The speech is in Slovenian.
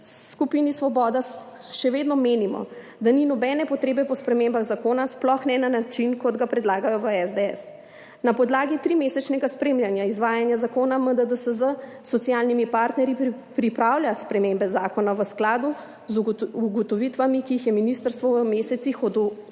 skupini Svoboda še vedno menimo, da ni nobene potrebe po spremembah zakona, sploh ne na način, kot ga predlagajo v SDS. Na podlagi trimesečnega spremljanja izvajanja zakona MDDSZ s socialnimi partnerji pripravlja spremembe zakona v skladu z ugotovitvami, ki jih je ministrstvo pridobilo